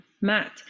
Matt